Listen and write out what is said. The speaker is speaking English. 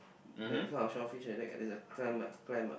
that is not a shellfish eh that is a clam eh clam ah